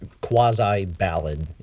quasi-ballad